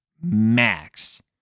Max